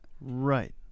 Right